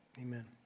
amen